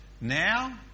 now